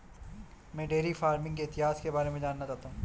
मैं dairy farming के इतिहास के बारे में जानना चाहता हूं